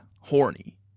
horny